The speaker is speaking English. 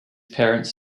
parents